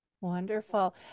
Wonderful